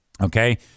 okay